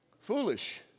foolish